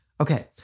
Okay